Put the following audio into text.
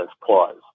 clause